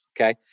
okay